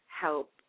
help